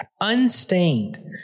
unstained